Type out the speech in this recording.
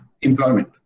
employment